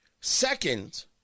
Second